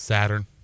Saturn